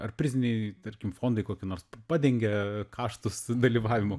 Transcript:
ar priziniai tarkim fondai kokie nors pa padengia kaštus dalyvavimo